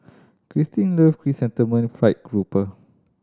Kristyn love Chrysanthemum Fried Grouper